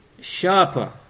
sharper